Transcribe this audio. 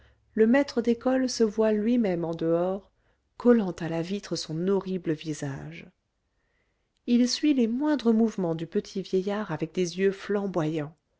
le maître d'école se voit lui-même en dehors collant à la vitre son horrible visage il suit les moindres mouvements du petit vieillard avec des yeux flamboyant